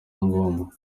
ngombwa